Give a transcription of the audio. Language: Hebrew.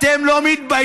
אתם לא מתביישים?